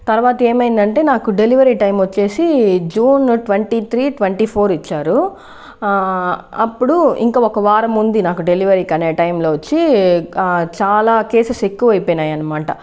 తర్వాత ఏమైందంటే నాకు డెలివరీ టైం వచ్చేసి June twenty three twenty four ఇచ్చారు అప్పుడు ఇంకా ఒక వారం ఉంది నాకు డెలివరీకి అనే టైంలో వచ్చి చాలా కేసెస్ ఎక్కువైపోయాయి అన్నమాట